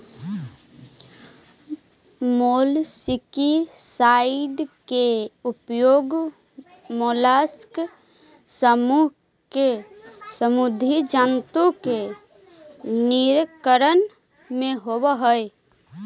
molluscicide के उपयोग mollusc समूह के समुदी जन्तु के निराकरण में होवऽ हई